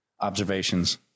observations